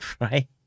right